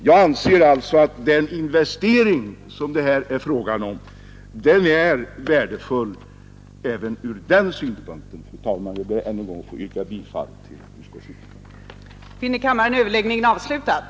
Jag anser att den investering Torsdagen den som det här är fråga om är värdefull även från den synpunkten. 13 april 1972 Jag ber ännu en gång få yrka bifall till utskottets hemställan. — Statens vattenfalls